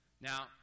Now